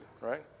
right